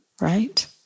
Right